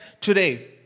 today